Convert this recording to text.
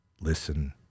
listen